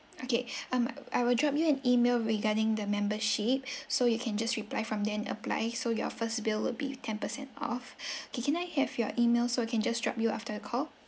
okay um I will drop you an email regarding the membership so you can just reply from then apply so your first bill would be ten percent off okay can I have your email so I can just drop you after the call